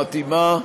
מתאימה,